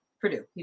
Purdue